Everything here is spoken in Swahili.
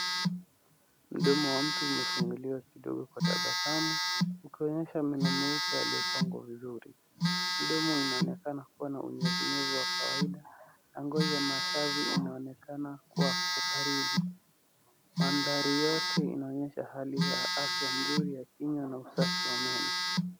Mdomo wa mtu umefunguliwa kidogo kwa tabasamu ukionyesha meno meupe yaliyopangwa vizuri. Mdomo inaonekana kuwa na unyevu nyevu wa kawaida na ngozi ya mashavu inaonekana kuwa ukaribu. Mandhari yote inaonyesha hali ya afya nzuri wa kinywa na usafi wa meno.